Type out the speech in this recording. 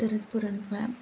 तरच पुरणपोळ्या